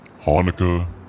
Hanukkah